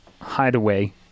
hideaway